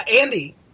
Andy